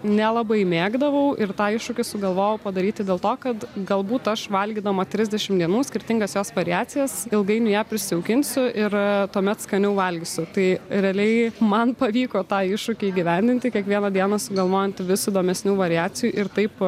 nelabai mėgdavau ir tą iššūkį sugalvojau padaryti dėl to kad galbūt aš valgydama trisdešimt dienų skirtingas jos variacijas ilgainiui ją prisijaukinsiu ir tuomet skaniau valgysiu tai realiai man pavyko tą iššūkį įgyvendinti kiekvieną dieną sugalvojant vis įdomesnių variacijų ir taip